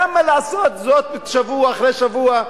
למה לעשות זאת שבוע אחרי שבוע,